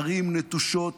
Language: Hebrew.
ערים נטושות,